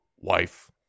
wife